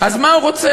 אז מה הוא רוצה?